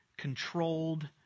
controlled